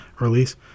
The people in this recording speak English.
release